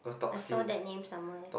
I saw that name somewhere